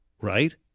right